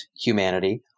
humanity